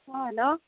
অঁ হেল্ল'